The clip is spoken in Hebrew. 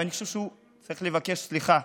ואני חושב שהוא צריך לבקש סליחה.